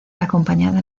acompañada